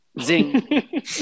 Zing